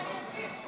אני אסביר.